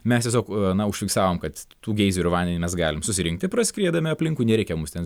mes tiesiog na užfiksavom kad tų geizerių vandenį mes galim susirinkti praskriedami aplinkui nereikia mus ten